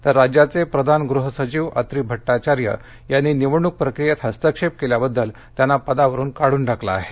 तर राज्याचे प्रधान गृह सचिव अत्री भट्टाचार्य यांनी निवडणूक प्रक्रियेत हस्तक्षेप केल्याबद्दल त्यांना पदावरुन काढून टाकलं आहे